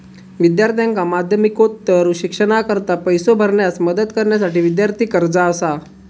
विद्यार्थ्यांका माध्यमिकोत्तर शिक्षणाकरता पैसो भरण्यास मदत करण्यासाठी विद्यार्थी कर्जा असा